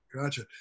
Gotcha